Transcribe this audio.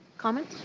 comments?